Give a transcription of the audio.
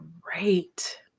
great